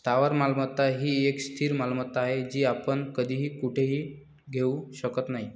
स्थावर मालमत्ता ही एक स्थिर मालमत्ता आहे, जी आपण कधीही कुठेही घेऊ शकत नाही